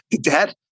dad